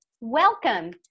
welcome